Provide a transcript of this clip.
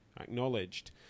acknowledged